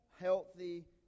healthy